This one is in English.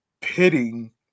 pitting